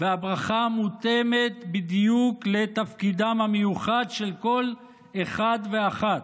והברכה מותאמת בדיוק לתפקידם המיוחד של כל אחד ואחת.